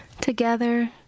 together